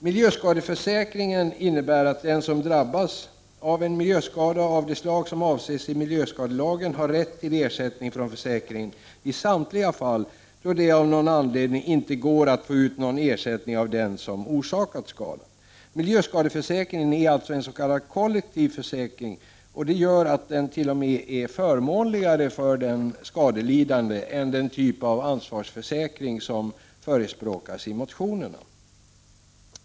Miljöskadeförsäkringen innebär att den som drabbats av en miljöskada av det slag som avses i miljöskadelagen har rätt till ersättning från försäkringen i samtliga fall då det av någon anledning inte går att få ut någon ersättning av den som orsakat skadan. Miljöskadeförsäkringen är en s.k. kollektiv försäkring, och det gör att den t.o.m. är förmånligare för den skadelidande än den typ av ansvarsförsäkring som förespråkas i motionerna.